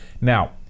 now